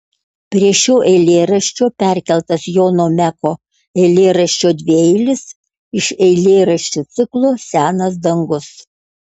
prie šio eilėraščio perkeltas jono meko eilėraščio dvieilis iš eilėraščių ciklo senas dangus